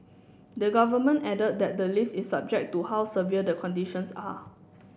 the Government added that the list is subject to how severe the conditions are